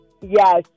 Yes